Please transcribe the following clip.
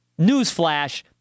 Newsflash